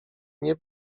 nie